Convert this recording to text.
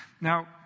Now